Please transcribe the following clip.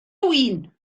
win